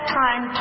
time